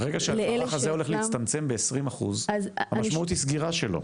ברגע שהמערך הזה הולך להצטמצם ב-20% המשמעות היא סגירה שלו.